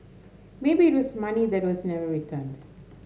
maybe it was money that was never returned